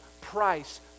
price